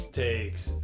takes